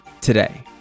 today